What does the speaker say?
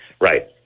Right